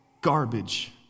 garbage